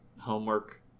homework